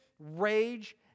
rage